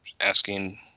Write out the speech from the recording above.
asking